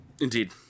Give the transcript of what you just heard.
Indeed